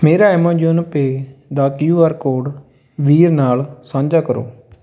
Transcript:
ਮੇਰਾ Amazon Pay ਦਾ Q R code ਵੀਰ ਨਾਲ ਸਾਂਝਾ ਕਰੋ